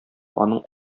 аның